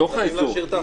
בתוך האזור,